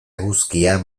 eguzkia